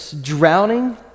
drowning